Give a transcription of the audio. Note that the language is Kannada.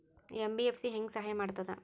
ಎಂ.ಬಿ.ಎಫ್.ಸಿ ಹೆಂಗ್ ಸಹಾಯ ಮಾಡ್ತದ?